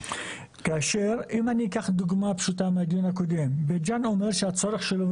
אם אני אקח דוגמה פשוטה מהדיון הקודם אם בית ג'אן אומר שהצורך שלו,